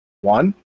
One